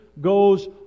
goes